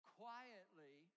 quietly